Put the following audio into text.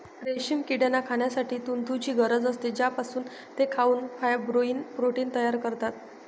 रेशीम किड्यांना खाण्यासाठी तुतीची गरज असते, ज्यापासून ते खाऊन फायब्रोइन प्रोटीन तयार करतात